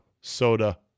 Soda